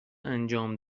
انجام